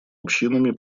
общинами